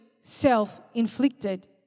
self-inflicted